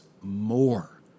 more